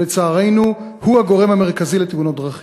ולצערנו הוא הגורם המרכזי לתאונות דרכים.